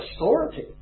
authority